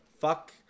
Fuck